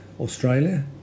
Australia